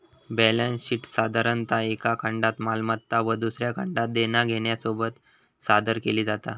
balance शीटसाधारणतः एका खंडात मालमत्ता व दुसऱ्या खंडात देना घेण्यासोबत सादर केली जाता